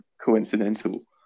coincidental